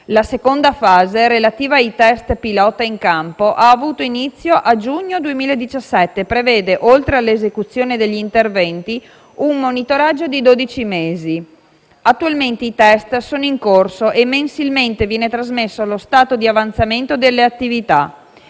La seconda fase, relativa ai *test* pilota in campo, ha avuto inizio a giugno 2017 e prevede, oltre all'esecuzione degli interventi, un monitoraggio di dodici mesi. Attualmente i *test* sono in corso e mensilmente viene trasmesso lo stato di avanzaménto delle attività.